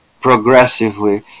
progressively